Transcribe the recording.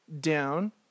down